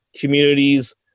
communities